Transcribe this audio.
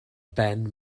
ben